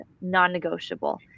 non-negotiable